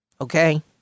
okay